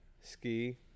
ski